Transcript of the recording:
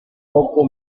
poco